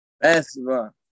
Basketball